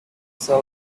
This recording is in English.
cell